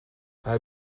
hij